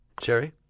Sherry